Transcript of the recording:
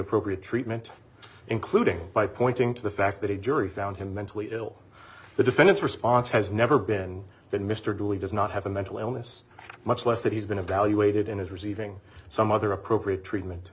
appropriate treatment including by pointing to the fact that a jury found him mentally ill the defendant's response has never been that mr dooley does not have a mental illness much less that he's been evaluated and is receiving some other appropriate treatment